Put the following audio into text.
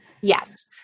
Yes